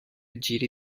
giri